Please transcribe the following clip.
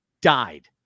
Died